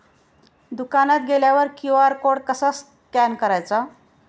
दुकानात गेल्यावर Q R code कसा स्कॅन करायचा?